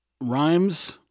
Rhymes